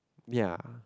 ya